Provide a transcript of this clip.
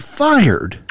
fired